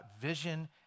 vision